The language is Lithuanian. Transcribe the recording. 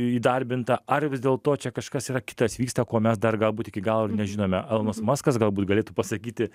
įdarbinta ar vis dėlto čia kažkas yra kitas vyksta ko mes dar galbūt iki galo ir nežinome elonas maskas galbūt galėtų pasakyti